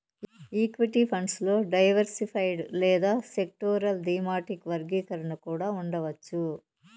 equity funds లో diversified లేదా sectoral, thematic వర్గీకరణ కూడా ఉండవచ్చు